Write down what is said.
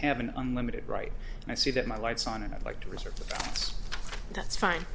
have an unlimited right and i see that my lights on and i'd like to research that's fine